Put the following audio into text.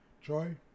joy